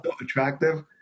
attractive